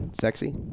Sexy